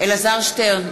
אלעזר שטרן,